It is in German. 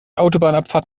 autobahnabfahrt